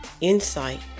insight